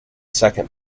second